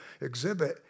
exhibit